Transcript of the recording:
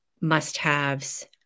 must-haves